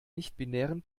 nichtbinären